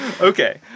Okay